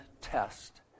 test